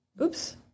oops